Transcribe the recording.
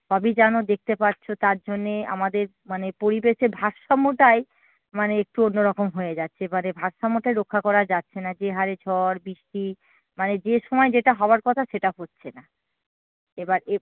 সবই জানো দেখতে পাচ্ছ তার জন্যে আমাদের মানে পরিবেশের ভারসাম্যটাই মানে একটু অন্য রকম হয়ে যাচ্ছে এবারে ভারসাম্যটাই রক্ষা করা যাচ্ছে না যে হারে ঝড় বৃষ্টি মানে যে সময় যেটা হওয়ার কথা সেটা হচ্ছে না এবার এ